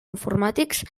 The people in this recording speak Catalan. informàtics